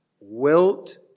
wilt